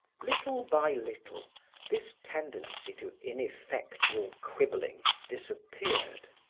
little by little this tendency to ineffectual quibbling disappeared.